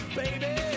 baby